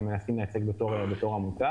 מנסים לייצג בתור עמותה.